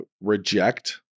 reject